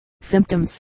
Symptoms